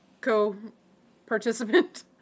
co-participant